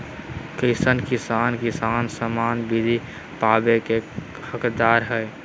कईसन किसान किसान सम्मान निधि पावे के हकदार हय?